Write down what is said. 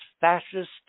fascist